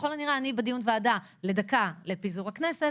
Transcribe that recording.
כעת בדיון שהוא דקה לפני פיזור הכנסת